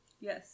Yes